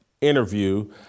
interview